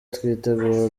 twitegura